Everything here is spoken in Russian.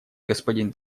господин